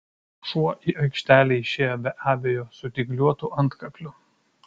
šuo į aikštelę išėjo be abejo su dygliuotu antkakliu